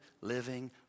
living